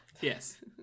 Yes